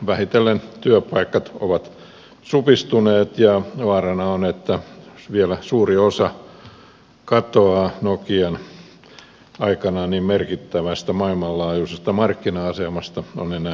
vähitellen työpaikat ovat supistuneet ja vaarana on että jos vielä suuri osa katoaa nokian aikanaan niin merkittävästä maailmanlaajuisesta markkina asemasta on enää muistot jäljellä